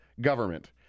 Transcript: government